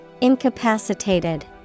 Incapacitated